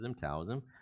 Taoism